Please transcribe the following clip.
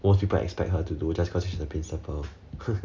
most people expect her to do just because she's the principal